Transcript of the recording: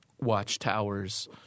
watchtowers